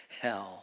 hell